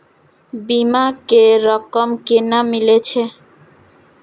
बीमा के रकम केना मिले छै?